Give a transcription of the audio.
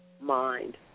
mind